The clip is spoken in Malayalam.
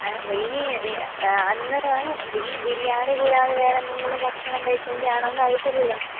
ഇനി അന്ന് ഈ ബിരിയാണി കൂടാതെ വേറെന്തെങ്കിലും ഭക്ഷണം കഴിച്ചതിൻ്റെയാണോന്ന് അറിയത്തില്ലല്ലോ